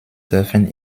dürfen